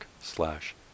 slash